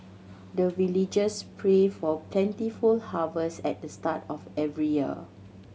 the villagers pray for plentiful harvest at the start of every year